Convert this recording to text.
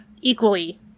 equally